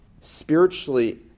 spiritually